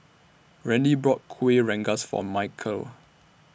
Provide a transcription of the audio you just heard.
Randy bought Kueh Rengas For Michale